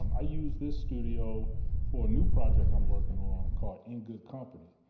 i use this studio for a new project i'm working on, called in good company.